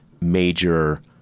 major